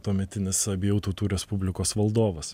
tuometinis abiejų tautų respublikos valdovas